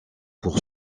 pour